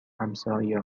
همسایه